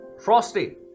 Frosty